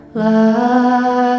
love